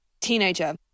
teenager